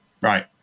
right